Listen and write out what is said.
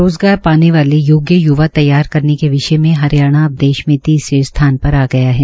रोज़गार पाने वाले योग्य य्वा तैयार करने के विषय में हरियाणा देश में अब तीसरे स्थान पर आ गया है